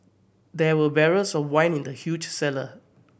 there were barrels of wine in the huge cellar